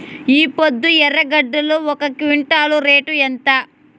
ఈపొద్దు ఎర్రగడ్డలు ఒక క్వింటాలు రేటు ఎంత?